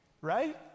Right